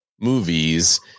movies